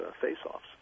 face-offs